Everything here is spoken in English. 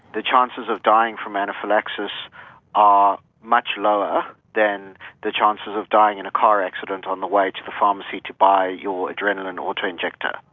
the chances of dying from anaphylaxis are much lower than the chances of dying in a car accident on the way to the pharmacy to buy your adrenaline auto injector.